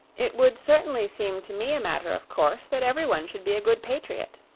it would certainly seem to me a matter of course that everyone should be a good patriot.